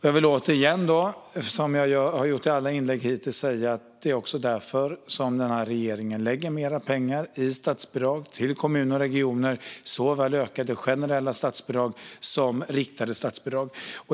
Jag vill återigen, som jag har gjort i alla inlägg hittills, säga att det är därför som denna regering lägger mer pengar i statsbidrag till kommuner och regioner, såväl ökade generella statsbidrag som riktade statsbidrag.